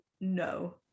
No